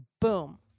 boom